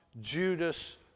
Judas